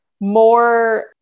more